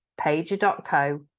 pager.co